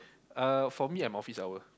uh for me I'm office hour